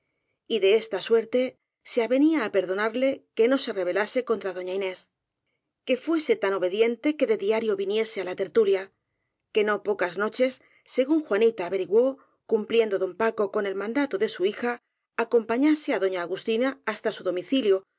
de esta suerte se avenía á perdona le que no se rebelase contra doña nés que fuese tan obediente que de d ario viniese á la tertulia que no pocas noches según uanita averiguó cumpliendo don paco con el mandato de su hija acompañase á doña agustina hasta su do